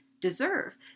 deserve